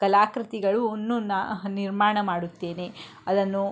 ಕಲಾಕೃತಿಗಳನ್ನು ನಾನು ಹ ನಿರ್ಮಾಣ ಮಾಡುತ್ತೇನೆ ಅದನ್ನು